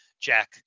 Jack